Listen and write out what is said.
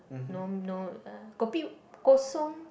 no no uh kopi Kosong